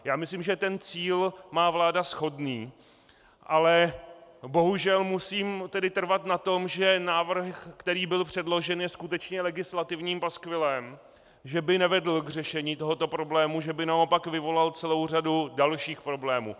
Já myslím, že cíl má vláda shodný, ale bohužel musím tedy trvat na tom, že návrh, který byl předložen, je skutečně legislativním paskvilem, že by nevedl k řešení tohoto problému, že by naopak vyvolal celou řadu dalších problémů.